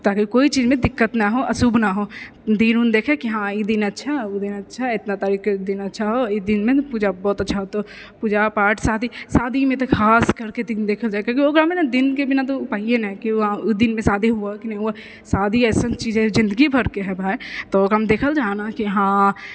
ताकि कोइ चीजमे दिक्कत नहि हो अशुभ नहि हो दिन उन देखैके हँ ई दिन अच्छा ओ दिन अच्छा इतना तारीखके दिन अच्छा हो ई दिनमे पूजा बहुत अच्छा हेतौ पूजा पाठ शादी शादीमे तऽ खास करिके दिन देखल जा हइ कियाकि ओकरामे तऽ दिनके बिना उपाये नहि हइ कि ओहि दिनमे शादी होइ कि नहि होइ शादी अइसन चीज हइ जिनगीभरिके हइ भाइ तऽ ओकरामे देखल जाहै ने कि हँ